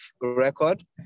record